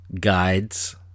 guides